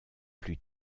plus